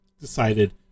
decided